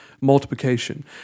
multiplication